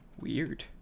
Weird